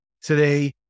Today